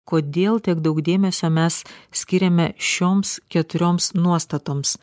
kodėl tiek daug dėmesio mes skiriame šioms keturioms nuostatoms